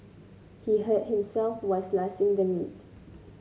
he hurt himself while slicing the meat